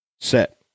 set